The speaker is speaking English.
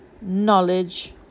knowledge